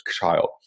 child